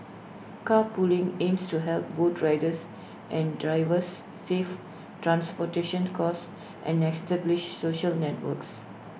carpooling aims to help both riders and drivers save transportation costs and establish social networks